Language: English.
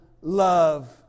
love